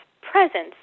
presence